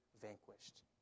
vanquished